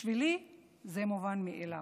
בשבילי זה מובן מאליו,